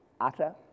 utter